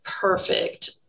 perfect